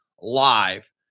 live